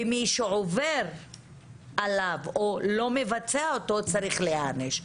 ומי שעובר עליו או לא מבצע אותו צריך להיענש.